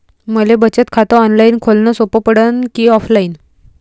मले बचत खात ऑनलाईन खोलन सोपं पडन की ऑफलाईन?